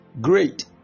Great